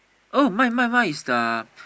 oh mine mine mine is the